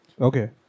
okay